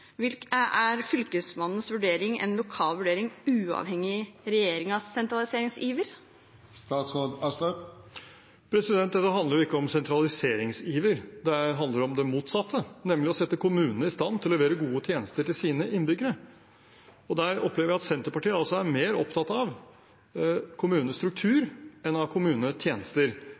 er Fylkesmannens vurdering en lokal vurdering uavhengig av regjeringens sentraliseringsiver? Dette handler ikke om sentraliseringsiver. Det handler om det motsatte, nemlig å sette kommunene i stand til å levere gode tjenester til sine innbyggere. Jeg opplever at Senterpartiet er mer opptatt av kommunenes struktur enn av